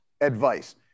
advice